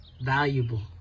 Valuable